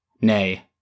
Nay